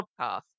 podcast